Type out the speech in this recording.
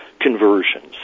conversions